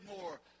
more